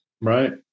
Right